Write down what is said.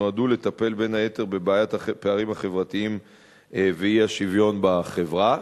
שנועדו לטפל בין היתר בבעיית הפערים החברתיים ואי-השוויון בחברה.